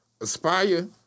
Aspire